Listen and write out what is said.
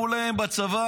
אמרו להם בצבא,